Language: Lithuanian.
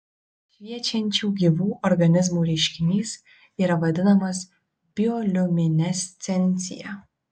šviečiančių gyvų organizmų reiškinys yra vadinamas bioliuminescencija